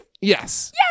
Yes